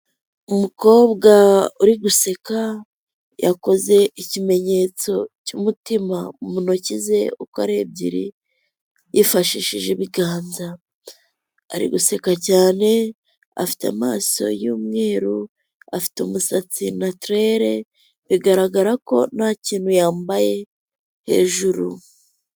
Umukobwa uri guseka, yakoze ikimenyetso cy'umutima mu ntoki ze uko ari ebyiri, yifashishije ibiganza, ari guseka cyane, afite amaso y'umweru, afite umusatsi natirere, bigaragara ko nta kintu yambaye hejuru.